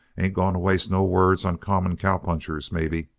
ain't going to waste no words on common cowpunchers, maybe.